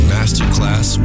Masterclass